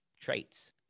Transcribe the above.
traits